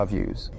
Views